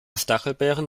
stachelbeeren